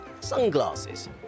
sunglasses